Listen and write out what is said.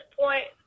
point